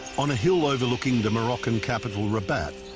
on a hill overlooking the moroccan capital rabat.